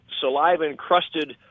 saliva-encrusted